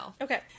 Okay